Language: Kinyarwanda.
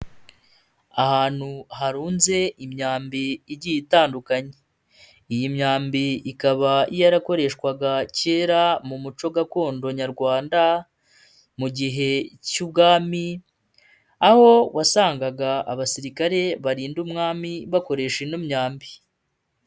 Ahantu harunze imyambi igiye itandukanye, iyi myambi ikaba yarakoreshwaga kera mu muco gakondo Nyarwanda, mu gihe cy'ubwami aho wasangaga abasirikare barinda umwami bakoresha ino myambi.